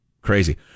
Crazy